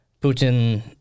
Putin